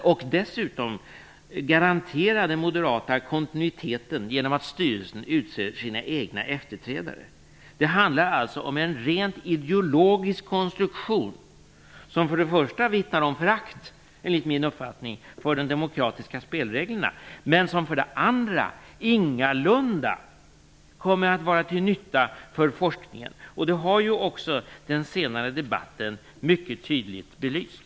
Det handlar dessutom om att garantera den moderata kontinuiteten genom att låta styrelsen utse sina egna efterträdare. Enligt min uppfattning handlar det alltså om en rent ideologisk konstruktion som för det första vittnar om förakt för de demokratiska spelreglerna men som för det andra ingalunda kommer att vara till nytta för forskningen. Det har ju också den senare debatten mycket tydligt belyst.